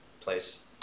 place